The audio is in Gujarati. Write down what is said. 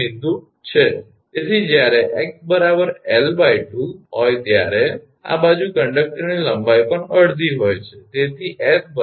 તેથી જ્યારે 𝑥 𝐿2 હોય ત્યારે આ બાજુ કંડકટરની લંબાઈ પણ અડધી હોય છે